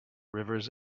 rivers